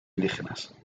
indígenas